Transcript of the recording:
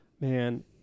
man